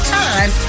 time